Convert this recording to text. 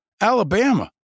Alabama